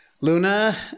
Luna